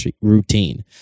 routine